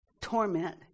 torment